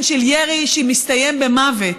שלא מתייחסת לזה שמי שמעיף עפיפון